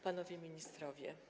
Panowie Ministrowie!